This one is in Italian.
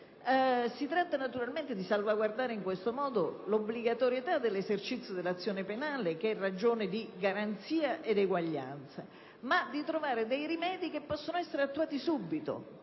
Si tratta di salvaguardare in questo modo l'obbligatorietà dell'esercizio dell'azione penale che è ragione di garanzia ed eguaglianza, trovando però rimedi che possano essere attuati subito.